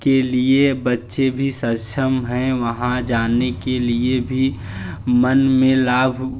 के लिए बच्चे भी सक्षम है वहाँ जाने के लिए भी मन में लाभ